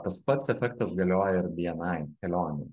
tas pats efektas galioja ir bni kelionei